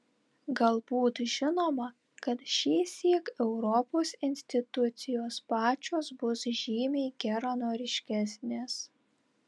galbūt žinoma kad šįsyk europos institucijos pačios bus žymiai geranoriškesnės